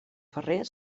ferrer